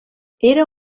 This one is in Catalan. era